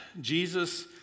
Jesus